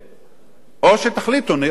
או שתחליטו: נעשה עצמאות,